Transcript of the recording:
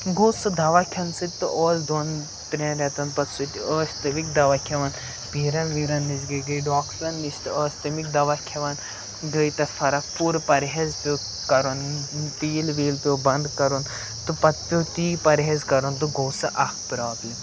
گوٚو سُہ دَوا کھٮ۪نہٕ سۭتۍ تہٕ اوس دۄن ترٛٮ۪ن رٮ۪تَن پَتہٕ سۭتۍ ٲسۍ تَمِکۍ دوا کھٮ۪وان پیٖرَن ویٖرَن نِش گٔے گٔے ڈاکٹرَن نِش تہِ ٲس تَمِکۍ دَوا کھٮ۪وان گٔے تَتھ فرق پوٗرٕ پَرہیز پیٚو کَرُن تیٖل ویٖل پیٚو بَنٛد کَرُن تہٕ پَتہٕ پیٚو تی پَرِہیز کَرُن تہٕ گوٚو سُہ اَکھ پرٛابلِم